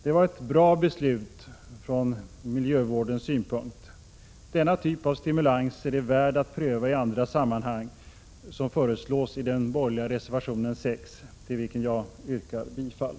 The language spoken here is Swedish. Det var ett bra beslut från miljövårdens synpunkt. Denna typ av stimulanser är värd att pröva i andra sammanhang, så som föreslås i den borgerliga reservationen 6, till vilken jag yrkar bifall.